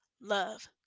love